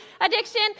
addiction